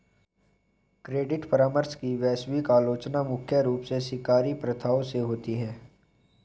credit परामर्श की वैश्विक आलोचना मुख्य रूप से शिकारी प्रथाओं से होती है